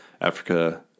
Africa